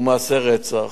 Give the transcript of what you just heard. ומעשי רצח.